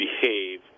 behave